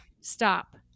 stop